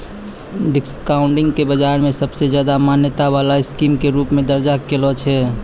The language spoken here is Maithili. डिस्काउंटिंग के बाजार मे सबसे ज्यादा मान्यता वाला स्कीम के रूप मे दर्ज कैलो छै